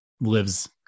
lives